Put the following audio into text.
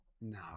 no